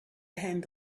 end